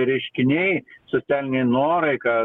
reiškiniai socialiniai norai kad